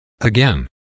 Again